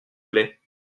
plait